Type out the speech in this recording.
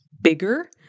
bigger